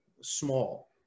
small